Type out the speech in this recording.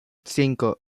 cinco